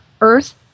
Earth